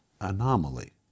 anomaly